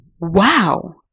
wow